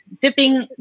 dipping